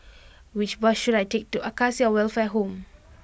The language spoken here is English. which bus should I take to Acacia Welfare Home